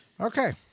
Okay